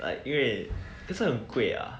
like 因为可是很贵